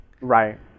Right